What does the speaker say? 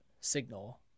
signal